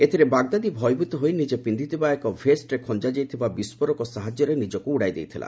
ଏଥିରେ ବାଗଦାଦୀ ଭୟଭୀତ ହୋଇ ନିଜେ ପିନ୍ଧିଥିବା ଏକ ଭେଷ୍ଟ୍ରେ ଖଞ୍ଜାଯାଇଥିବା ବିସ୍ଫୋରକ ସାହାଯ୍ୟରେ ନିଜକୁ ଉଡ଼ାଇ ଦେଇଥିଲା